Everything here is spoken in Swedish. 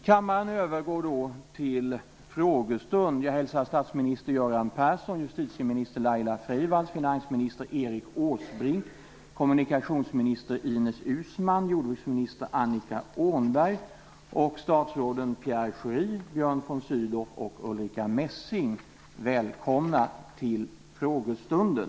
Jag hälsar statsminister Göran Persson, justitieminister Laila Freivalds, finansminister Erik Åsbrink, kommunikationsminister Ines Uusmann, jordbruksminister Annika Åhnberg och statsråden Pierre Schori, Björn von Sydow och Ulrica Messing välkomna till frågestunden.